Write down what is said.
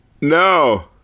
No